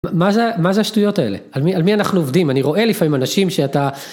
מה זה השטויות האלה על מי אנחנו עובדים אני רואה לפעמים אנשים שאתה…